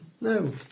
No